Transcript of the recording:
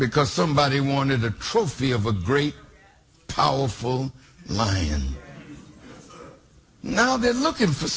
because somebody wanted the trophy of a great powerful money and now they're looking for